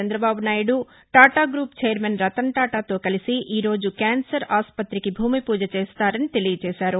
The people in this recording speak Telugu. చంద్రబాబునాయుడు టాటా గ్రూప్ ఛైర్మన్ రతన్టాటా తో కలిసి ఈ రోజు క్యాన్సర్ ఆస్పతికి భూమి పూజ చేస్తారని తెలియజేశారు